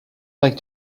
like